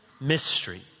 mystery